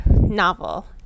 novel